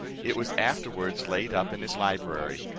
it was afterwards laid up in his library,